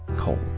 cold